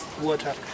water